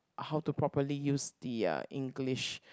how to properly use the uh English